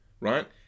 right